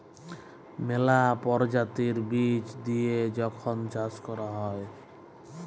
ম্যালা পরজাতির বীজ দিঁয়ে যখল চাষ ক্যরা হ্যয়